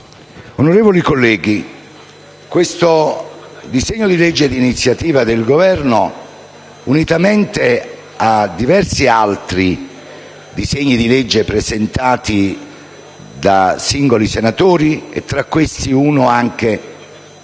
onorevoli colleghi, questo disegno di legge d'iniziativa del Governo, unitamente a diversi altri disegni di legge presentati da singoli senatori (tra questi, uno anche